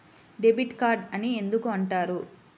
Debit card అని ఎందుకు అంటారు?